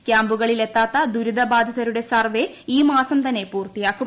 ക്യാമ്പുകളിൽ എത്താത്ത ദുരിതബാധിതരുടെ സർവ്വേ ഈ മാസം തന്നെ പൂർത്തിയാക്കും